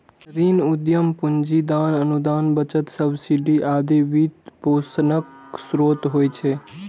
ऋण, उद्यम पूंजी, दान, अनुदान, बचत, सब्सिडी आदि वित्तपोषणक स्रोत होइ छै